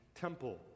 temple